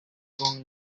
con